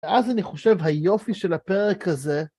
ואז אני חושב היופי של הפרק הזה,